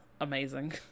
amazing